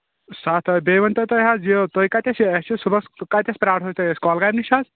ستھ حظ بیٚیہِ ؤنۍتَو تُہۍ حظ یہِ تُہۍ کتیٚتھ چھِو اسہِ چھُ صُبحس کتیٚس پرٛارہو تُہۍ اَسہِ کۅلگامہِ نِش حظ